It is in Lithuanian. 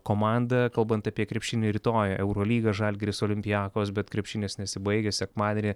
komanda kalbant apie krepšinį rytoj eurolyga žalgiris olympiakos bet krepšinis nesibaigia sekmadienį